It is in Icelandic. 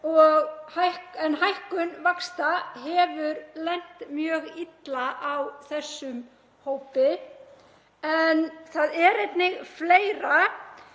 en hækkun vaxta hefur lent mjög illa á þessum hópi. En það er einnig fleira